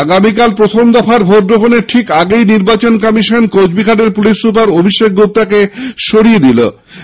আগামীকাল প্রথম দফার ভোটগ্রহণের ঠিক আগে নির্বাচন কমিশন কোচবিহারের পুলিশ সুপার অভিষেক গুপ্তাকে সরিয়ে দিয়েছে